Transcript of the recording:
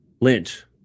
Lynch